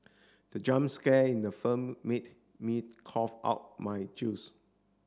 the jump scare in the firm made me cough out my juice